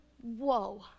whoa